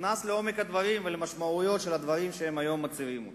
נכנס לעומק הדברים ולמשמעויות של הדברים שהם מצהירים היום?